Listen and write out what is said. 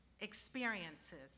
experiences